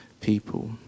people